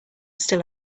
still